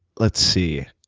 let's see.